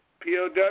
POW